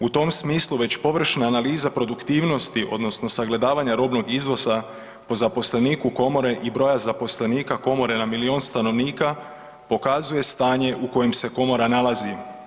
U tom smislu već površna analiza produktivnosti odnosno sagledavanja robnog izvoza po zaposleniku komore i broja zaposlenika komore na milion stanovnika pokazuje stanje u kojem se komora nalazi.